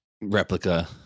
replica